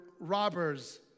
robbers